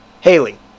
Haley